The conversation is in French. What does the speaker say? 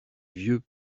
vieux